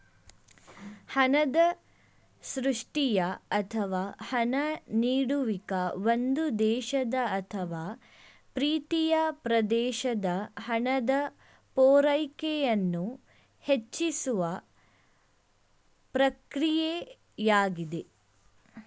ಹಣದ ಸೃಷ್ಟಿಯ ಅಥವಾ ಹಣ ನೀಡುವಿಕೆ ಒಂದು ದೇಶದ ಅಥವಾ ಪ್ರೀತಿಯ ಪ್ರದೇಶದ ಹಣದ ಪೂರೈಕೆಯನ್ನು ಹೆಚ್ಚಿಸುವ ಪ್ರಕ್ರಿಯೆಯಾಗಿದೆ